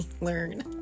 learn